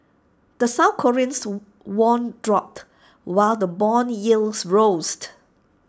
the south Korean won dropped while the Bond yields